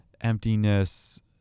emptiness